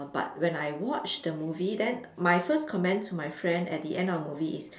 but when I watched the movie then my first comments to my friend at the end of the movie is